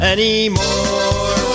Anymore